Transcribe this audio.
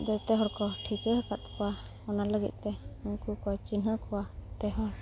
ᱡᱚᱛᱚ ᱦᱚᱲ ᱠᱚ ᱴᱷᱤᱠᱟᱹ ᱟᱠᱟᱫ ᱠᱚᱣᱟ ᱚᱱᱟ ᱞᱟᱹᱜᱤᱫ ᱛᱮ ᱩᱱᱠᱩ ᱠᱚ ᱪᱤᱱᱦᱟᱹ ᱠᱚᱣᱟ ᱡᱚᱛᱚ ᱦᱚᱲ